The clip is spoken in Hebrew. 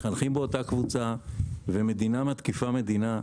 מתחנכים באותה קבוצה ומדינה מתקיפה מדינה.